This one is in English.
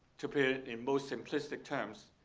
to put it in most simplistic terms,